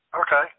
okay